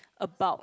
about